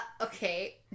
okay